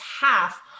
half